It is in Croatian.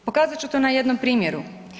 Pokazat ću to na jednom primjeru.